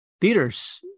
theaters